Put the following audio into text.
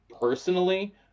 personally